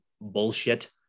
bullshit